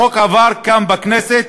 החוק עבר כאן בכנסת